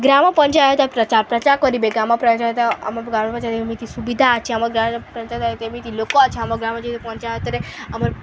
ଗ୍ରାମ ପଞ୍ଚାୟତ ପ୍ରଚାର ପ୍ରଚାର କରିବେ ଆମ ପଞ୍ଚାୟତ ଆମ ଗ୍ରାମ ପଞ୍ଚାୟତରେ ଏମିତି ସୁବିଧା ଅଛି ଆମ ଗ୍ରାମ ପଞ୍ଚାୟତୟରେ ଏମିତି ଲୋକ ଅଛି ଆମ ଗ୍ରାମ ପଞ୍ଚାୟତରେ ଆମର